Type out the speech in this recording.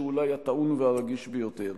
שאולי הוא הטעון והרגיש ביותר.